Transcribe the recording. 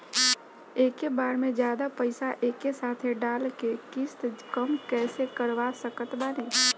एके बार मे जादे पईसा एके साथे डाल के किश्त कम कैसे करवा सकत बानी?